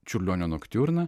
čiurlionio noktiurną